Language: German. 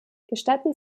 gestatten